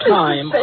time